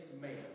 man